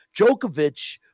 Djokovic